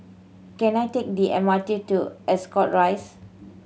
can I take the M R T to Ascot Rise